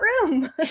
room